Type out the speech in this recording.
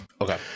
okay